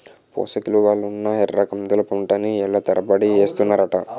పోసకిలువలున్న ఎర్రకందుల పంటని ఏళ్ళ తరబడి ఏస్తన్నారట